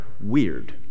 weird